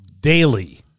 daily